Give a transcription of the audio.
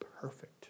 perfect